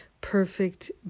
perfect